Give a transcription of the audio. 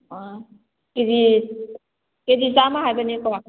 ꯑꯥ KG KG ꯆꯥꯝꯃ ꯍꯥꯏꯕꯅꯦꯀꯣ